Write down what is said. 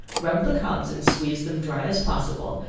rub the cobs and squeeze them dry as possible,